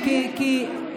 והממשלה מתנגדת לילדים,